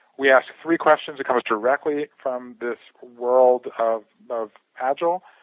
we ask three questions that come directly from this world of of agile.